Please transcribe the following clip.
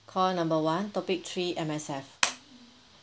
call number one topic three M_S_F